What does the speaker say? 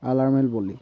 আলাৰ্মেল বলি